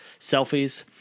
selfies